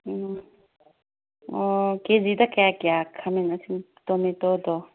ꯎꯝ ꯑꯣ ꯀꯦꯖꯤꯗ ꯀꯌꯥ ꯀꯌꯥ ꯈꯥꯃꯦꯟ ꯑꯁꯤꯟꯕ ꯇꯣꯃꯦꯇꯣꯗꯣ